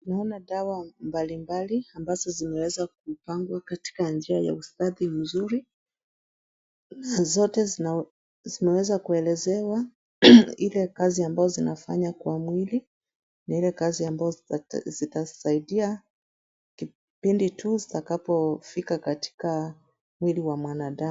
Naona dawa, mbalimbali, ambazo zimeweza kupangwa katika njia ya ustadi mzuri. Zote zinaweza kuelezewa ile kazi ambayo zinafanya kwa mwili, na ile kazi ambayo zitasaidia pindi tu stakapo fika katika mwili wa mwanadamu.